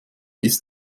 ist